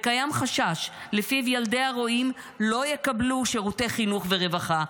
קיים חשש שילדי הרועים לא יקבלו שירותי חינוך ורווחה,